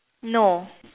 no